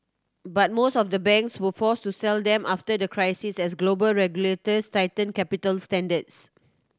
but most of the banks were forced to sell them after the crisis as global regulators tightened capital standards